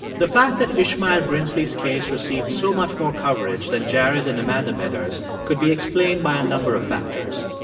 the fact that ishmael brinsley's case received so much more coverage than jerad and amanda miller's could be explained by a number of factors.